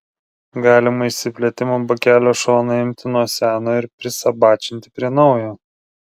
galima išsiplėtimo bakelio šoną imti nuo seno ir prisabačinti prie naujo